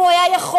אם הוא היה יכול,